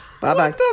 bye-bye